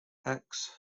hicks